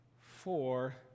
four